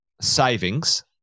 savings